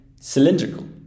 cylindrical